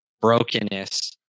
brokenness